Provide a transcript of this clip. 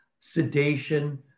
sedation